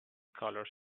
colours